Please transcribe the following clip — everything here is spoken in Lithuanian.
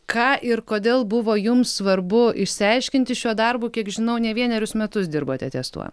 ką ir kodėl buvo jums svarbu išsiaiškinti šiuo darbu kiek žinau ne vienerius metus dirbate ties tuo